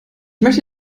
möchte